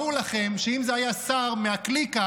ברור לכם שאם זה היה שר מהקליקה,